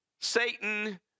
Satan